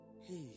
hey